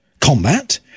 combat